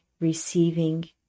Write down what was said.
receiving